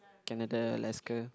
Canada Alaska